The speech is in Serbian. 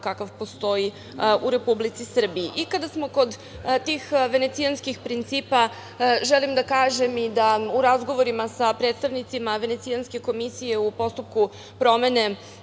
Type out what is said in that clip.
kakav postoji u Republici Srbiji. Kada smo kod tih Venecijanskih principa, želim da kažem i da u razgovorima sa predstavnicima Venecijanske komisije u postupku promene